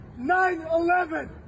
9-11